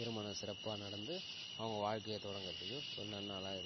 திருமணம் சிறப்பாக நடந்து அவங்க வாழ்க்கையை தொடங்குறதுக்கு ஒரு நன்னாளாக இருக்கும்